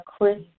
Chris